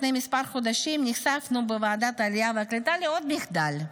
לפני כמה חודשים נחשפנו בוועדת העלייה והקליטה לעוד מחדל: